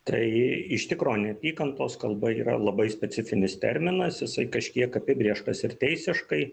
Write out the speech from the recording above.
tai iš tikro neapykantos kalba yra labai specifinis terminas jisai kažkiek apibrėžtas ir teisiškai